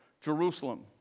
Jerusalem